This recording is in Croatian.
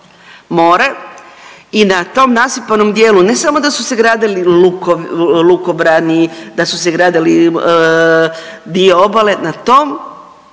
i na tom nasipanom dijelu ne samo da su se gradili lukobrani, da su se gradili dio obale. Na tom,